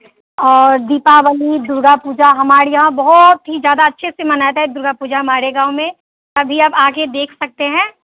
और दीपावली दुर्गा पूजा हमारे यहाँ बहुत ही ज़्यादा अच्छे से मनाते है दुर्गा पूजा हमारे गाँव में अभी आप आ कर देख सकते हैं